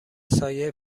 سایه